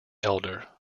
elder